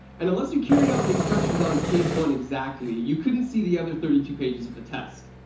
and unless you carried out the instructions on page one exactly, you couldn't see the other thirty two pages of the test.